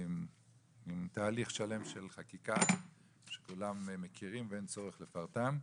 מן תהליך שלם של חקיקה שכולם מכירים ואין צורך לפרטם,